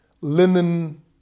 linen